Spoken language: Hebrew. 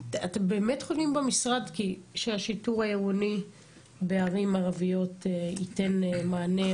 אתם באמת חושבים במשרד שהשיטור העירוני בערים ערביות ייתן מענה?